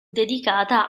dedicata